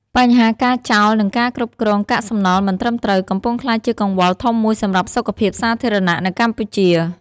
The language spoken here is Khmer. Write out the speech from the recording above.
បញ្ហាការចោល និងការគ្រប់គ្រងកាកសំណល់មិនត្រឹមត្រូវ កំពុងក្លាយជាកង្វល់ធំមួយសម្រាប់សុខភាពសាធារណៈនៅកម្ពុជា។